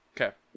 Okay